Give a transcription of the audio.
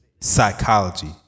Psychology